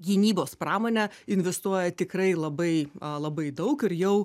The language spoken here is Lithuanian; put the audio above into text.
gynybos pramonė investuoja tikrai labai labai daug ir jau